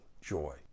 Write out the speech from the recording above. joy